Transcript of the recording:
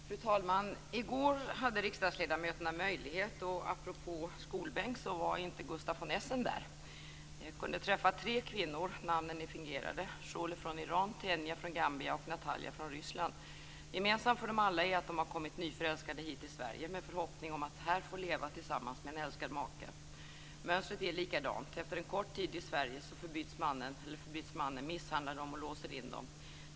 Fru talman! I går hade riksdagsledamöterna - apropå detta med skolbänk så var Gustaf von Essen inte där - möjlighet att träffa tre kvinnor, namnen är fingerade: Sholeh från Iran, Tenya från Gambia och Natalja från Ryssland. Gemensamt för dem alla är att de har kommit nyförälskade hit till Sverige, med en förhoppning om att här få leva tillsammans med en älskad make. Mönstret är likadant: Efter en kort tid i Sverige förbyts mannen. Han misshandlar och låser in kvinnan.